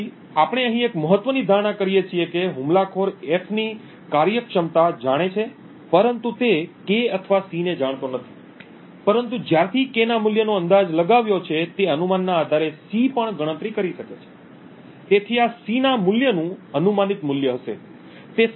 તેથી આપણે અહીં એક મહત્ત્વની ધારણા કરીએ છીએ કે હુમલાખોર F ની કાર્યક્ષમતા જાણે છે પરંતુ તે K અથવા C ને જાણતો નથી પરંતુ જ્યારથી K ના મૂલ્યનો અંદાજ લગાવ્યો છે તે અનુમાનના આધારે C પણ ગણતરી કરી શકે છે તેથી આ C ના મૂલ્યનું અનુમાનિત મૂલ્ય હશે